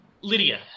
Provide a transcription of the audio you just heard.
Lydia